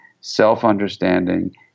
self-understanding